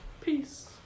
Peace